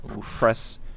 press